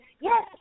Yes